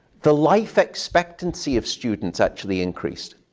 the life expectancy of students actually increased.